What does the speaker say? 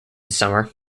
summer